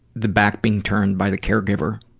the back being turned by the caregiver.